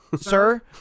sir